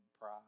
pride